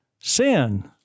sin